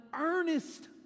earnest